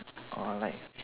or like